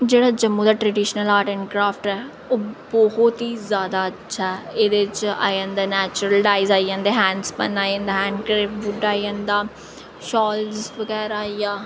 जेह्ड़ा जम्मू दा traditional art and craft ऐ ओब्हौत ही जैदा अच्छा ऐ एह्दे च आई जंदा नैचुरल डाईस आई जंदे हैंड स्पन आई जंदा हैंड क्रेब्ड बुड आई जंदा शाल्स बगैरा आई आ